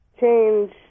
change